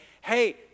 hey